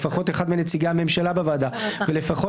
לפחות אחד מנציגי הממשלה בוועדה ולפחות